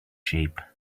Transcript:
shape